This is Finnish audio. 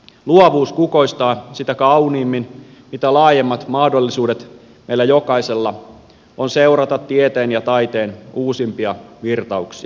luovuus kukoistaa sitä kauniimmin mitä laajemmat mahdollisuudet meillä jokaisella on seurata tieteen ja taiteen uusimpia virtauksia